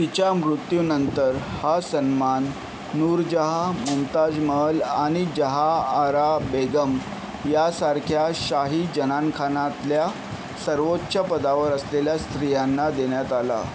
तिच्या मृत्यूनंतर हा सन्मान नूरजहाँ मुमताज महल आणि जहाआरा बेगम यासारख्या शाही जनानखान्यातल्या सर्वोच्च पदावर असलेल्या स्त्रियांना देण्यात आला